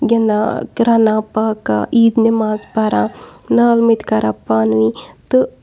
گِندان رَنان پاکان عیٖد نماز پَران نالمٕتۍ کَران پانہٕ ؤنۍ تہٕ